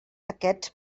aquests